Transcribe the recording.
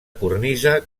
cornisa